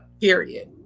Period